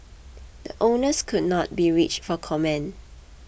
the owners could not be reached for comment